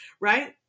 right